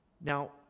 Now